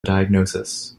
diagnosis